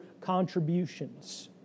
contributions